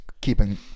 keeping